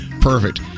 Perfect